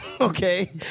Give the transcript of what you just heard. okay